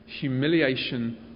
humiliation